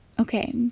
Okay